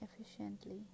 efficiently